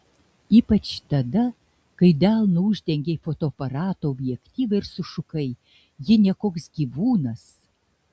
ypač tada kai delnu uždengei fotoaparato objektyvą ir sušukai ji ne koks gyvūnas